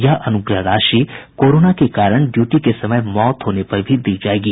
यह अनुग्रह राशि कोरोना के कारण भी ड्यूटी के समय मौत होने पर दी जायेगी